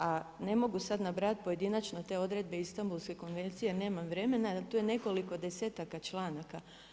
A ne mogu sad nabrajati pojedinačno te odredbe Istambulske konvencije, nemam vremena, jer tu je nekoliko desetaka članaka.